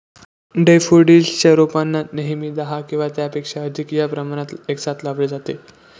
daffodils च्या रोपांना नेहमी दहा किंवा त्यापेक्षा अधिक या प्रमाणात एकसाथ लावले जाते